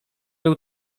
był